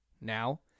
Now